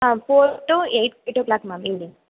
ah four two eight eight o'clock ma'am evening